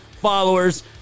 followers